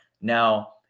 now